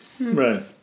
Right